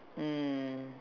mm